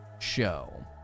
show